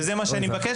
וזה מה שאני אבקש,